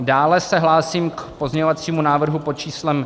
Dále se hlásím k pozměňovacímu návrhu pod číslem 5488.